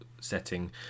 setting